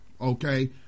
Okay